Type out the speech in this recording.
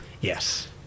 Yes